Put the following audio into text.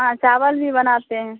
ہاں چاول بھی بناتے ہیں